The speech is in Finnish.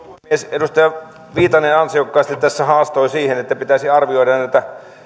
edustaja viitanen ansiokkaasti tässä haastoi siihen että pitäisi arvioida näitä